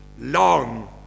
long